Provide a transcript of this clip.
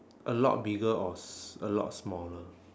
a lot bigger or s~ a lot smaller